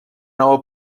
nova